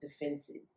defenses